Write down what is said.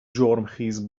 جرمخیز